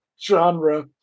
genre